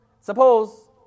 Suppose